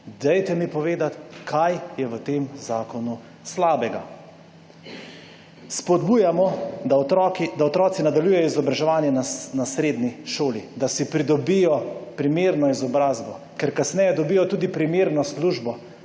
Dajte mi povedati, kaj je v tem zakonu slabega. Spodbujamo, da otroci nadaljujejo izobraževanje na srednji šoli, da si pridobijo primerno izobrazbo. Ker kasneje dobijo tudi primerno službo,